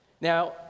Now